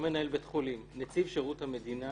לא מנהל בית חולים נציב שירות המדינה,